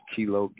Kilo